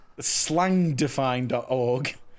slangdefined.org